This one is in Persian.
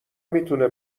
میتونه